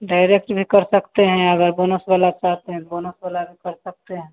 direct भी कर सकते हैं अगर बोनस वाला चाहते हैं तो बोनस वाला भी कर सकते हैं